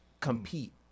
compete